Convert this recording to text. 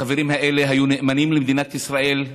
החברים האלה היו נאמנים למדינת ישראל,